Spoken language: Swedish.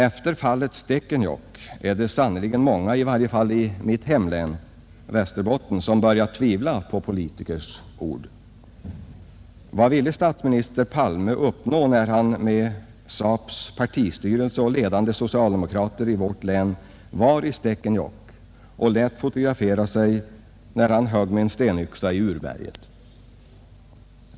Efter fallet Stekenjokk är det sannerligen många människor i varje fall i mitt hemlän Västerbotten som börjat ,tvivla på politikers ord. Vad ville statsminister Palme uppnå, när han med SAP:s partistyrelse och ledande socialdemokrater i länet var i Stekenjokk och lät fotografera sig när han högg med en stenyxa i urberget?